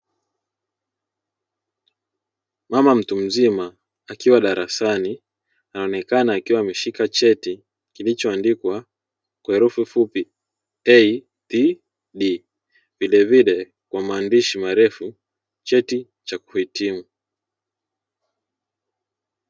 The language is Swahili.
Mama mtu mzima akiwa darasani anaonekana akiwa ameashika cheti kilichoandikwa kwa herufi fupi "ATD",vilevile kwa maandishi marefu cheti cha kuhitimu.